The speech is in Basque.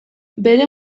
bere